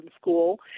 school